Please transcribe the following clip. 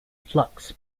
flux